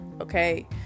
Okay